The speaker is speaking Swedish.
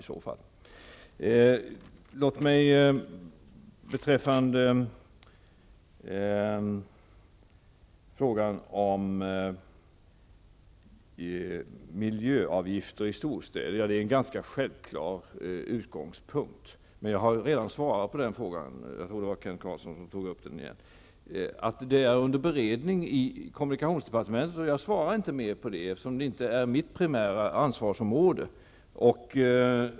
I fråga om miljöavgifter i storstäder har vi en ganska självklar utgångspunkt. Jag har redan svarat på den frågan, som Kent Carlsson tog upp igen. Den är under beredning i kommunikationsdepartementet, och jag svarar inte mer på den, eftersom den inte tillhör mitt primära ansvarsområde.